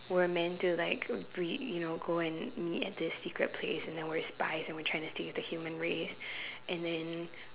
we're meant to like breed you know go and meet at this secret place and then we're spies and we're trying to save the human race and then